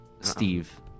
Steve